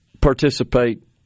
participate